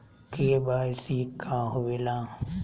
KYC का होवेला?